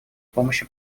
помощи